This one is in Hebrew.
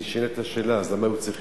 נשאלת השאלה: אז למה צריכים